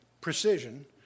precision